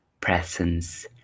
presence